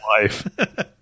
life